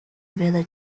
village